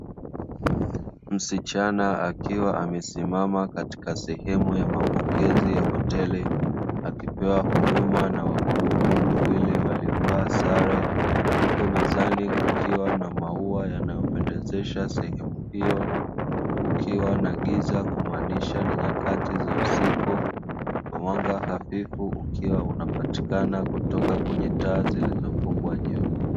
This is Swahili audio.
Msichana akiwa amesimama katika sehemu ya mapokezi ya hoteli, akipewa huduma na wahudumu wawili waliovaa sare, huko mezani kukiwa na maua yanayopendezesha sehemu hiyo, kukiwa na giza kumaanisha ni nyakati za usiku wa mwanga hafifu, ukiwa unapatikana kutoka kwenye taa zilizofungwa juu.